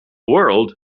world